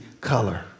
color